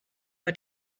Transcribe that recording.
war